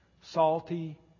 Salty